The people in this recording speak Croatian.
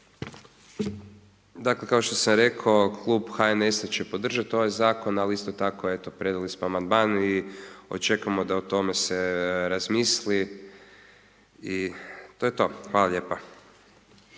Dakle kao što sam rekao, Klub HNS-a će podržati ovaj zakona, ali isto tako eto, predali smo amandman i očekujemo da o tome se razmisli i to je to. Hvala lijepo.